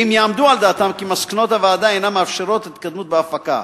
באם יעמדו על דעתם כי מסקנות הוועדה אינן מאפשרות התקדמות בהפקה.